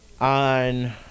on